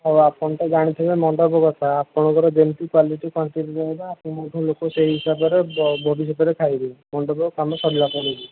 ଆଉ ଆପଣ ତ ଜାଣିଥିବେ ମଣ୍ଡପ କଥା ଆପଣଙ୍କର ଯେମତି କ୍ଵାଲିଟି କ୍ୱାଣ୍ଟିଟି ରହିବ ଆପଣଙ୍କଠୁ ଲୋକ ସେହି ହିସାବରେ ଭବିଷ୍ୟତରେ ଖାଇବେ ମଣ୍ଡପ କାମ ସରିଲା ପରେ ବି